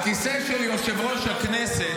הכיסא של יושב-ראש הכנסת